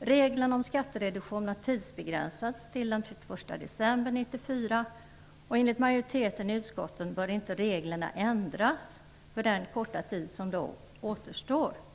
Reglerna om skattereduktion har tidsbegränsats till den 31 december 1994, och enligt majoriteten i utskottet bör reglerna inte ändras för den korta tid som återstår till dess.